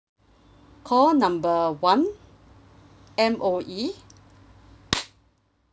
call number one M_O_E